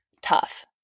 tough